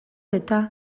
eta